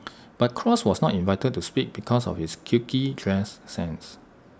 but cross was not invited to speak because of his quirky dress sense